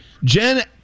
Jen